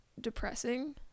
depressing